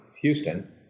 Houston